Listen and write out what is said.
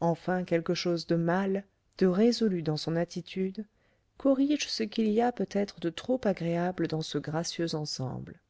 enfin quelque chose de mâle de résolu dans son attitude corrige ce qu'il y a peut-être de trop agréable dans ce gracieux ensemble